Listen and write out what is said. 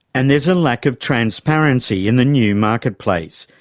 and there's a lack of transparency in the new marketplace,